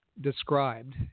described